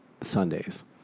Sundays